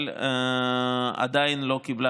אבל עדיין לא קיבלה,